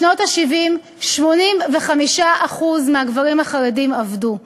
בשנות ה-70 85% מהגברים החרדים עבדו,